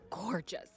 gorgeous